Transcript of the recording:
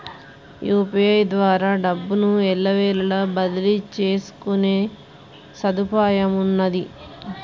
UPI ద్వారా డబ్బును ఎల్లవేళలా బదిలీ చేసుకునే సదుపాయమున్నాది